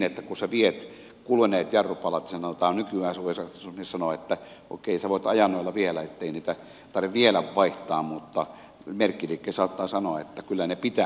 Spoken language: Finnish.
kun sinä viet kuluneet jarrupalat niin nykyään sinulle voi katsastusmies sanoa että okei sinä voit ajaa noilla vielä ei niitä tarvitse vielä vaihtaa mutta merkkiliike saattaa sanoa että kyllä ne pitää nyt vaihtaa